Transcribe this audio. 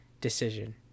decision